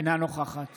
אינה נוכחת